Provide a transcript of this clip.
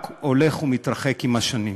רק הולך וגדל עם השנים.